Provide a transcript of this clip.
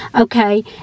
okay